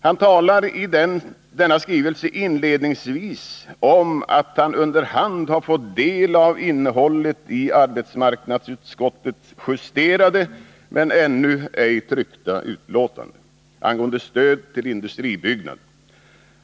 Han talar i skrivelsen inledningsvis om att han under hand har fått del av innehållet i arbetsmarknadsutskottets justerade men ännu ej tryckta betänkande angående stöd till industribyggnader.